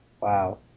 Wow